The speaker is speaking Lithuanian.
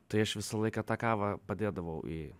tai aš visą laiką tą kavą padėdavau į